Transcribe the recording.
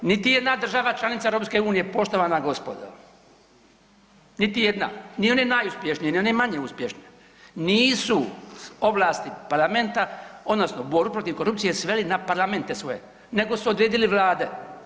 Niti jedna država članica EU poštovana gospodo, niti jedna, ni one najuspješnije, ni one manje uspješne, nisu ovlasti parlamenta odnosno borbu protiv korupcije sveli na parlamente svoje, nego su odredili vlade.